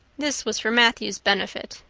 this was for matthew's benefit.